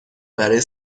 برای